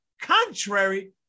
contrary